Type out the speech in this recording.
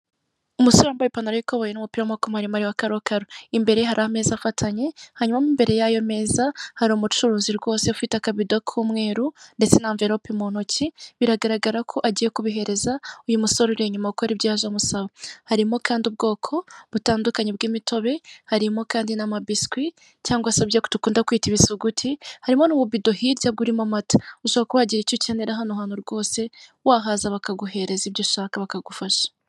Umuhanda nyabagendwa aho bigaragara ko ukorerwamo mu byerekezo byombi, ku ruhande rw'uburyo bw'umuhanda hakaba haparitse abamotari benshi cyane bigaragara ko bategereje abagenzi kandi hirya hakagaragara inzu nini cyane ubona ko ikorerwamo ubucuruzi butandukanye, ikirere kikaba gifite ishusho isa n'umweru.